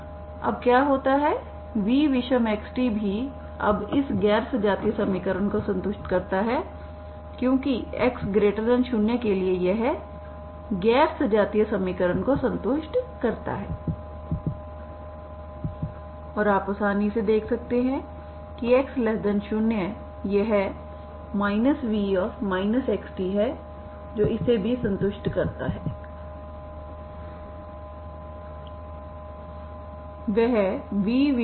अब क्या होता है vविषमx t भी अब इस गैर सजातीय समीकरण को संतुष्ट करता है क्योंकि x0 के लिए यह गैर सजातीय समीकरण को संतुष्ट करता है और आप आसानी से देख सकते हैं कि x0 यह v xt है जो इसे भी संतुष्ट करता है समीकरण